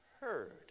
heard